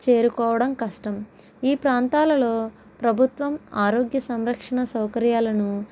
చేరుకోవడం కష్టం ఈ ప్రాంతాలలో ప్రభుత్వం ఆరోగ్య సంరక్షణ సౌకర్యాలను